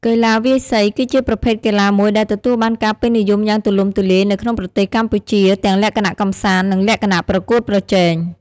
កីឡាវាយសី គឺជាប្រភេទកីឡាមួយដែលទទួលបានការពេញនិយមយ៉ាងទូលំទូលាយនៅក្នុងប្រទេសកម្ពុជា ទាំងលក្ខណៈកម្សាន្ត និងលក្ខណៈប្រកួតប្រជែង។